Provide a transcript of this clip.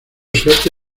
suerte